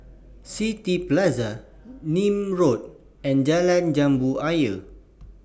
City Plaza Nim Road and Jalan Jambu Ayer